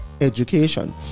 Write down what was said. education